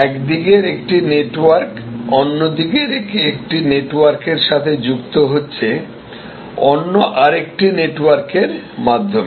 একদিকের একটি নেটওয়ার্ক অন্যদিকের একটি নেটওয়ার্কের সাথে যুক্ত হচ্ছে অন্য আরেকটি নেটওয়ার্কের মাধ্যমে